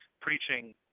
preaching